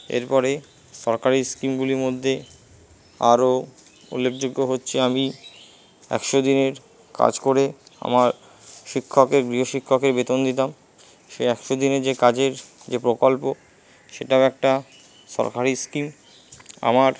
এরপরে সরকারি স্কিমগুলির মধ্যে আরো উল্লেখযোগ্য হচ্ছে আমি একশো দিনের কাজ করে আমার শিক্ষকের গৃহ শিক্ষকের বেতন দিতাম সেই একশো দিনে যে কাজের যে প্রকল্প সেটাও একটা সরকারি স্কিম আমার